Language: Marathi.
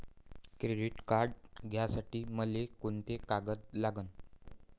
क्रेडिट कार्ड घ्यासाठी मले कोंते कागद लागन?